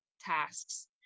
tasks